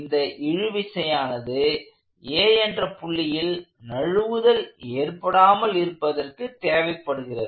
இந்த இழுவிசையானது A என்ற புள்ளியில் நழுவுதல் ஏற்படாமல் இருப்பதற்கு தேவைப்படுகிறது